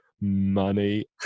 money